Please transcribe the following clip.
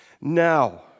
Now